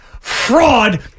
fraud